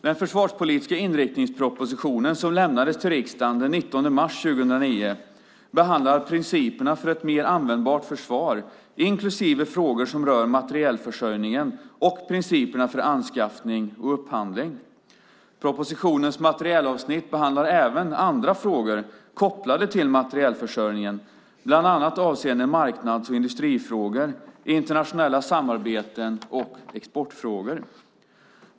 Den försvarspolitiska inriktningspropositionen som lämnades till riksdagen den 19 mars 2009 behandlar principerna för ett mer användbart försvar inklusive frågor som rör materielförsörjningen och principerna för anskaffning och upphandling. Propositionens materielavsnitt behandlar även andra frågor kopplade till materielförsörjningen, bland annat avseende marknads och industrifrågor, internationella samarbeten och exportfrågor.